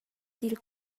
dil